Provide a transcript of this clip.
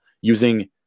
using